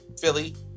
Philly